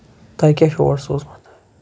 تۄہہِ کیاہ چھُو اور سوٗزمُت